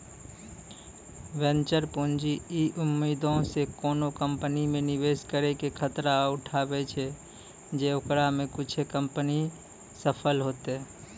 venture पूंजी इ उम्मीदो से कोनो कंपनी मे निवेश करै के खतरा उठाबै छै जे ओकरा मे कुछे कंपनी सफल होतै